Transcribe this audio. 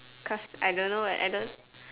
cause I don't know eh I don't